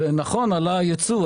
נכון, עלה הייצוא.